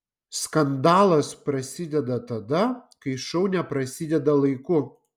skandalas prasideda tada kai šou neprasideda laiku